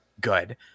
good